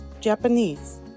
Japanese